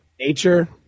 nature